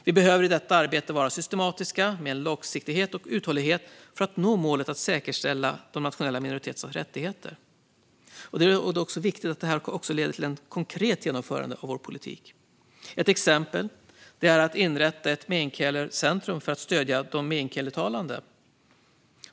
Vi behöver i detta arbete vara systematiska med en långsiktighet och uthållighet för att nå målet att säkerställa de nationella minoriteternas rättigheter. Det är då viktigt att det också leder till konkret genomförande av politiken. Ett exempel är att inrätta ett meänkielicentrum för att stödja de meänkielitalande.